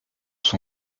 son